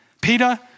Peter